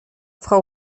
frau